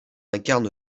incarne